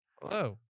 Hello